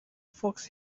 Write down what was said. fox